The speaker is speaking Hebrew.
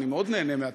אני נהנה מאוד מהתפקיד.